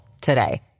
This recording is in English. today